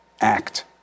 Act